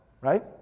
Right